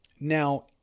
now